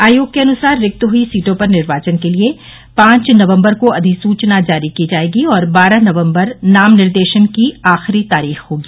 आयोग के अनुसार रिक्त हुई सीटों पर निर्वाचन के लिये पांच नवम्बर को अधिसूचना जारी की जायेगी और बारह नवम्बर नाम निर्देशन की आखिरी तारीख होगी